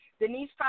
Denise